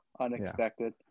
unexpected